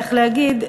איך להגיד,